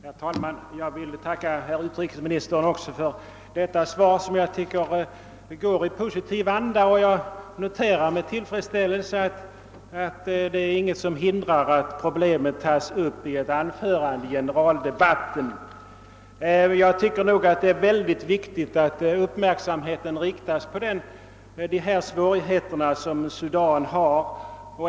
Herr talman! Jag vill tacka herr utrikesministern också för detta svar, som tycks mig präglat av positiv anda. Jag noterar med tillfredsställelse att ingenting hindrar att problemet tas upp i ett anförande vid generaldebatten i FN:s generalförsamling. Det är mycket viktigt att uppmärksamheten riktas på svårigheterna i Sudan.